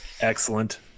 Excellent